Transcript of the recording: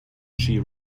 she